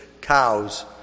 cows